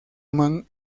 man